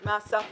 מה הסף